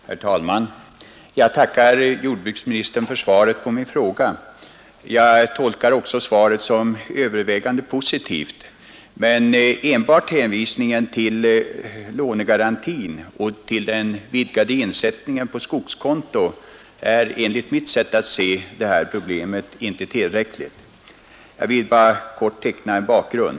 Herr talman! Jag tackar jordbruksministern för svaret på min fräga. Jag tolkar också svaret som övervägande positivt. Men enbart hänvisningen till lånegarantin och till den vidgade insättningen på skogskonto är, enligt mitt sätt att se det här problemet, inte tillräckligt. Jag vill bara kort teckna en bakgrund.